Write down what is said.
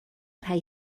rhai